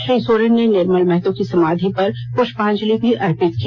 श्री सोरेन ने निर्मल महतो की समाधि पर पुष्पांजलि भी अर्पित की